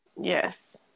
Yes